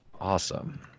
awesome